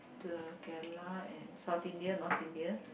to kerala and South India North India